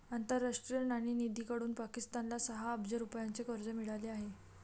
आंतरराष्ट्रीय नाणेनिधीकडून पाकिस्तानला सहा अब्ज रुपयांचे कर्ज मिळाले आहे